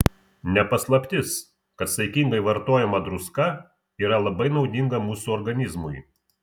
ne paslaptis kad saikingai vartojama druska yra labai naudinga mūsų organizmui